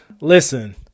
listen